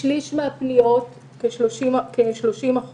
שליש מן הפניות ל-105, כ-30%,